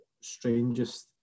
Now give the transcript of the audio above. strangest